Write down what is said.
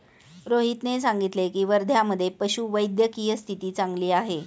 रोहितने सांगितले की, वर्ध्यामधे पशुवैद्यकीय स्थिती चांगली आहे